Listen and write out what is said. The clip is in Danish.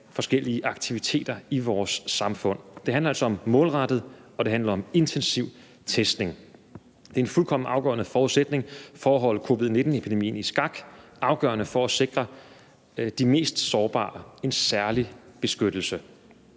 forskellige aktiviteter i vores samfund. Det handler altså om målrettet og intensiv testning. Det er en fuldstændig afgørende forudsætning for at holde covid-19-epidemien i skak – afgørende for at sikre de mest sårbare en særlig beskyttelse.